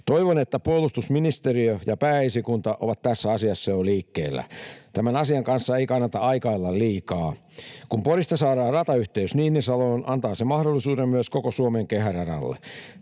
Toivon, että puolustusministeriö ja Pääesikunta ovat tässä asiassa jo liikkeellä. Tämän asian kanssa ei kannata aikailla liikaa. Kun Porista saadaan ratayhteys Niinisaloon, antaa se mahdollisuuden myös koko Suomen kehäradalle.